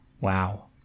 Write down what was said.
wow